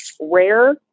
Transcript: rare